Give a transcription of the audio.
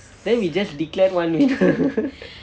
then we just declared one winner